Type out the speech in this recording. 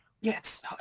Yes